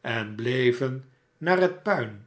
en bleven naar het puin